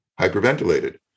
hyperventilated